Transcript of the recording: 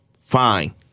fine